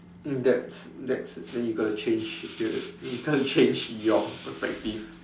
um that's that's then you gotta change you you can't change your perspective